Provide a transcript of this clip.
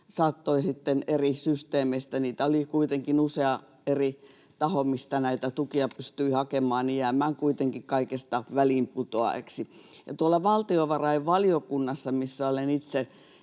kaikista eri systeemeistä — niitä oli kuitenkin usea eri taho, mistä näitä tukia pystyi hakemaan — jäädä kuitenkin väliinputoajaksi. Tuolla valtiovarainvaliokunnassa, missä olen itse